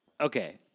okay